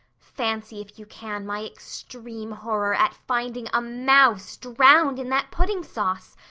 fancy if you can my extreme horror at finding a mouse drowned in that pudding sauce!